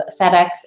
FedEx